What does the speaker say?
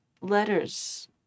letters